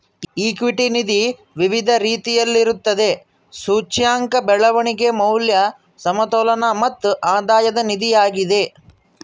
equity ನಿಧಿ ವಿವಿಧ ರೀತಿಯಲ್ಲಿರುತ್ತದೆ, ಸೂಚ್ಯಂಕ, ಬೆಳವಣಿಗೆ, ಮೌಲ್ಯ, ಸಮತೋಲನ ಮತ್ತು ಆಧಾಯದ ನಿಧಿಯಾಗಿದೆ